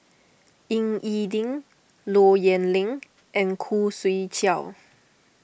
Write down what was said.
Ying E Ding Low Yen Ling and Khoo Swee Chiow